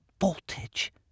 voltage